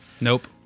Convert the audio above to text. Nope